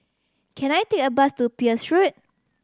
can I take a bus to Peirce Road